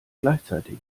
gleichzeitig